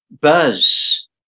buzz